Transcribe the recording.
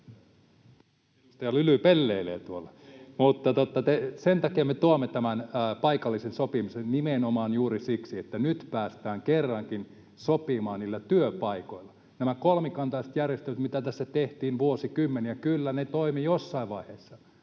Sen takia me tuomme tämän paikallisen sopimisen, nimenomaan juuri siksi, että nyt päästään kerrankin sopimaan työpaikoilla. Nämä kolmikantaiset järjestelyt, mitä tässä tehtiin vuosikymmeniä, kyllä, ne toimivat jossain vaiheessa